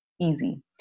easy